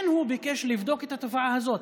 הוא ביקש לבדוק את התופעה הזאת.